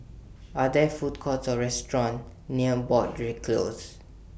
Are There Food Courts Or restaurants near Broadrick Close